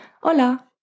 hola